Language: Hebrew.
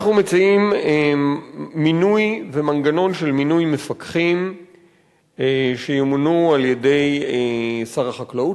אנחנו מציעים מינוי ומנגנון של מינוי מפקחים על-ידי שר החקלאות,